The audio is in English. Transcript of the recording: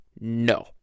No